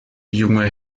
junge